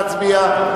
נא להצביע.